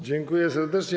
Dziękuję serdecznie.